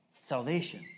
salvation